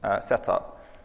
setup